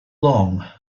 long